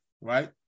right